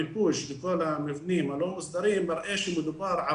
המיפוי של כל המבנים הלא מוסדרים מראה שמדובר על